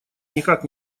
никак